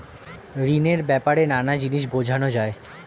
ঋণের ব্যাপারে নানা জিনিস বোঝানো যায়